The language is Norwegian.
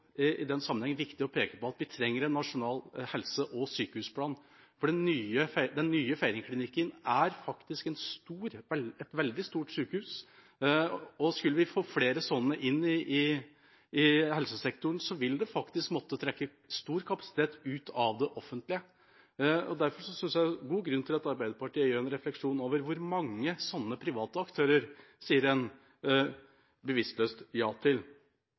også i den sammenheng viktig å peke på at vi trenger en nasjonal helse- og sykehusplan, for den nye Feiringklinikken er faktisk et veldig stort sykehus, og skulle vi få flere sånne inn i helsesektoren, vil det faktisk måtte trekke stor kapasitet ut av det offentlige. Derfor synes jeg det er god grunn til at Arbeiderpartiet gjør seg en refleksjon over hvor mange sånne private aktører en bevisstløst sier ja til.